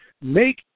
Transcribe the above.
Make